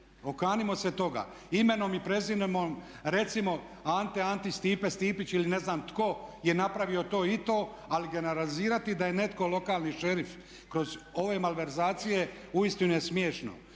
Okanimo se toga. Imenom i prezimenom recimo Ante Antić, Stipe Stipić ili ne znam tko je napravio to i to, ali generalizirati da je netko lokalni šerif kroz ove malverzacije uistinu je smiješno.